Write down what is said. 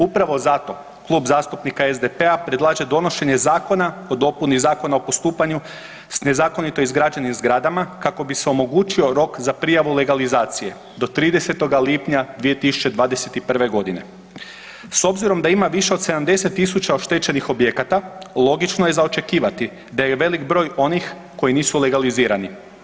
Upravo zato Klub zastupnika SDP-a predlaže donošenje Zakona o dopuni Zakona o postupanju s nezakonito izgrađenim zgradama kako se omogućio rok za prijavu legalizacije do 30. lipnja 2021.g. S obzirom da ima više od 70.000 oštećenih objekata, logično je za očekivati da je velik broj onih koji nisu legalizirani.